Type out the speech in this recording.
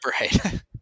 right